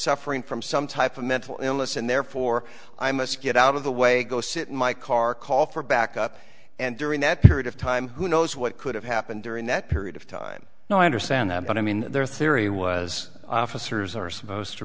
suffering from some type of mental illness and therefore i must get out of the way go sit in my car call for backup and during that period of time who knows what could have happened during that period of time no i understand that but i mean their theory was officers are supposed to